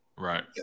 Right